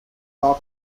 dog